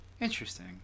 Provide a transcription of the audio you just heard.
Interesting